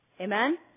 Amen